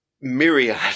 myriad